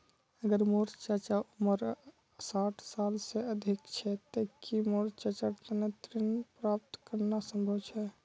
अगर मोर चाचा उम्र साठ साल से अधिक छे ते कि मोर चाचार तने ऋण प्राप्त करना संभव छे?